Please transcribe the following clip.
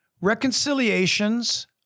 reconciliations